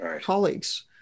colleagues